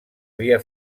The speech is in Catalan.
via